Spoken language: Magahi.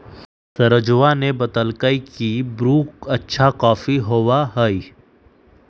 सरोजवा ने बतल कई की ब्रू अच्छा कॉफी होबा हई